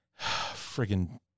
Friggin